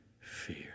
fear